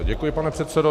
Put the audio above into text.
Děkuji, pane předsedo.